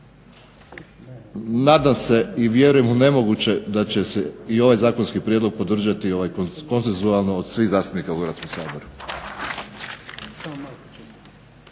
Nadam se i vjerujem u nemoguće da će se i ovaj zakonski prijedlog podržati konsenzualno od svih zastupnika u Hrvatskom saboru.